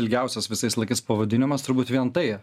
ilgiausias visais laikais pavadinimas turbūt vien tai